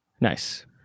Nice